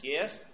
Yes